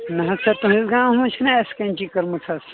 نہٕ حظ سَر تُہٕنٛدِس گامَس منٛز چھِنہٕ اَسہِ کٮ۪نچی کٔرمٕژ حظ